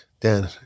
Dan